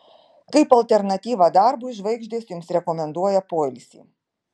kaip alternatyvą darbui žvaigždės jums rekomenduoja poilsį